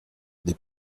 des